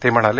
ते म्हणाले